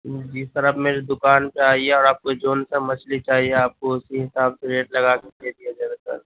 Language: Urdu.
جی سر آپ میری دُکان پہ آئیے اور آپ کو جو سا مچھلی چاہیے آپ کو اُسی حساب سے ریٹ لگا کر دے دیا جائے گا سر